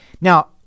Now